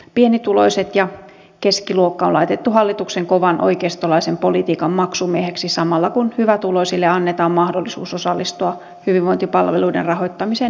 pienituloiset ja keskiluokka on laitettu hallituksen kovan oikeistolaisen politiikan maksumiehiksi samalla kun hyvätuloisille annetaan mahdollisuus osallistua hyvinvointipalveluiden rahoittamiseen hyväntekeväisyydellä